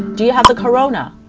do you have the corona?